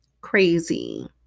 Crazy